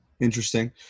Interesting